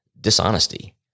dishonesty